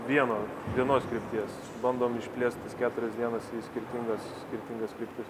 vieno vienos krypties bandom išplėst tas keturias dienas skirtingas skirtingas kryptis